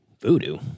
Voodoo